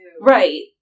Right